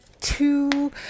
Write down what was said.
two